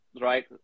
right